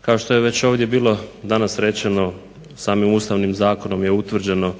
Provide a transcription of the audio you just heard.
Kao što je već ovdje bilo danas rečeno samim Ustavnim zakonom je utvrđeno